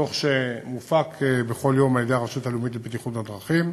דוח שמופק בכל יום על-ידי הרשות הלאומית לבטיחות בדרכים.